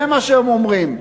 זה מה שהם אומרים,